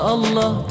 Allah